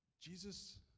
jesus